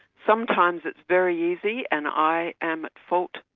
sometimes it's very easy, and i am at fault,